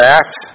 act